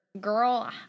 girl